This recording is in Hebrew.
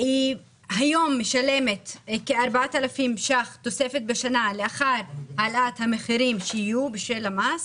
הוא הולכת לשלם כ-4,000 ₪ תוספת לאחר העלאת המחירים שיהיו בשל המס.